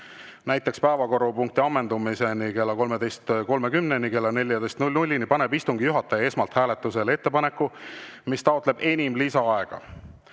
(nt päevakorrapunkti ammendumiseni, […] kella 13.30-ni, kella 14.00-ni), paneb istungi juhataja esmalt hääletusele ettepaneku, mis taotleb enim lisaaega